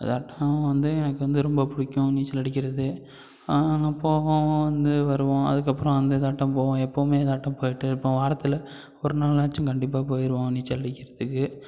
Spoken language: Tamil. அதாட்டம் வந்து எனக்கு வந்து ரொம்ப பிடிக்கும் நீச்சல் அடிக்கிறது நாங்கள் அங்கே போகாம வந்து வருவோம் அதுக்கப்புறம் வந்து இதாட்டம் போவோம் எப்போவுமே இதாட்டம் போய்ட்டே இருப்போம் வாரத்தில் ஒரு நாள்னாச்சும் கண்டிப்பாக போயிடுவோம் நீச்சல் அடிக்கிறத்துக்கு